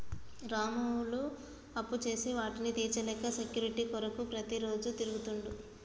రాములు అప్పుచేసి వాటిని తీర్చలేక సెక్యూరిటీ కొరకు ప్రతిరోజు తిరుగుతుండు